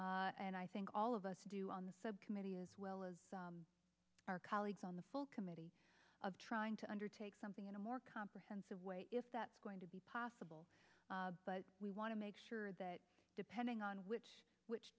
and i think all of us do on the subcommittee as well as our colleagues on the full committee of trying to undertake something in a more comprehensive way if that is going to be possible but we want to make sure that depending on which which